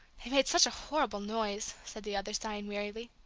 they made such a horrible noise, said the other, sighing wearily.